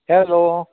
hello